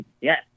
yes